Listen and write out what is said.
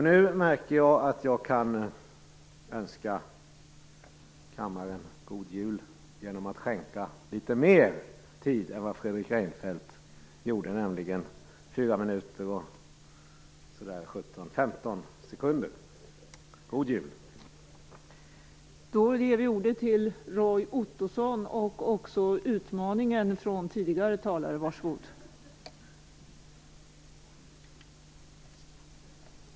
Nu märker jag att jag kan önska kammaren god jul genom att skänka litet mer tid än vad Fredrik Reinfeldt gjorde, nämligen 4 minuter och 15 sekunder. God jul!